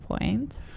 point